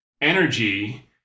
energy